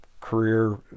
career